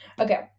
Okay